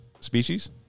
species